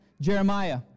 Jeremiah